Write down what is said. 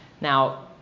Now